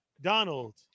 Donald